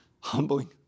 humbling